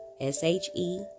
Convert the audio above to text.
S-H-E